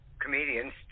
comedians